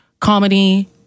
comedy